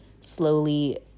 slowly